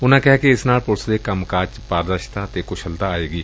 ਉਨਾਂ ਕਿਹਾ ਕਿ ਇਸ ਨਾਲ ਪੁਲਿਸ ਦੇ ਕੰਮ ਕਾਜ ਵਿਚ ਪਾਰਦਰਸ਼ਿਤਾ ਤੇ ਕੁਸ਼ਲਤਾ ਆਵੇਗੀ